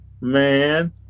Man